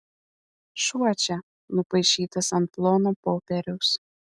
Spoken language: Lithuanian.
šuo čia nupaišytas ant plono popieriaus